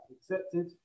accepted